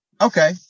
Okay